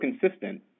consistent